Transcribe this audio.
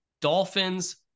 Dolphins